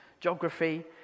geography